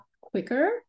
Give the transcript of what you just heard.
quicker